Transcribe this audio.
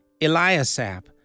Eliasap